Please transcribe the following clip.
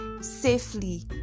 safely